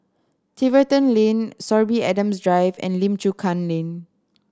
Tiverton Lane Sorby Adams Drive and Lim Chu Kang Lane